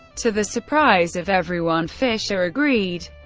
to the surprise of everyone, fischer agreed.